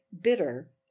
bitter